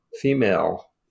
female